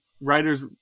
writer's